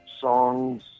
songs